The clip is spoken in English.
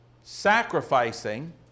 sacrificing